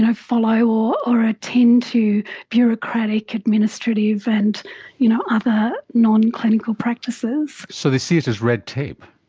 and follow or attend to bureaucratic administrative and you know other nonclinical practices. so they see it as red tape.